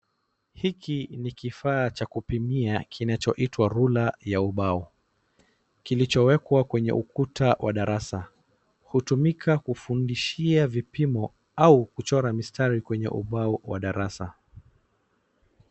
Hiki ni kifaa cha kupimia kinachoitwa rula ya ubao kilichowekwa kwenye ukuta wa darasa. Hutumika kufundishia vipimo au kuuchora mistari kwenye ubao wa darasa.